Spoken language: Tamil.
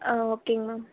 ஓகேங்க மேம்